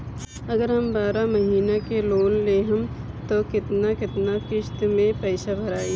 अगर हम बारह महिना के लोन लेहेम त केतना केतना किस्त मे पैसा भराई?